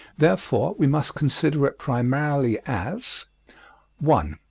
therefore we must consider it primarily as one.